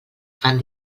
fan